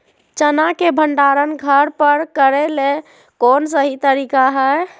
चना के भंडारण घर पर करेले कौन सही तरीका है?